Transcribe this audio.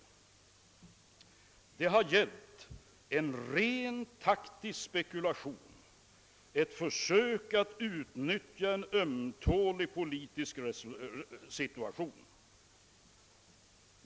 Det har gällt en rent taktisk spekulation — ett försök att utnyttja en ömtålig politisk situation.